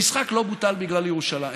המשחק לא בוטל בגלל ירושלים.